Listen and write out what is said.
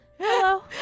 Hello